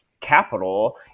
capital